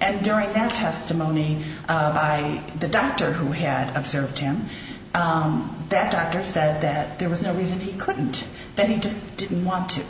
and during that testimony by the doctor who had observed him that doctor said that there was no reason he couldn't that he just didn't want to